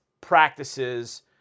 practices